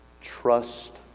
trust